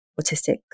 autistic